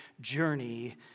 journey